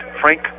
Frank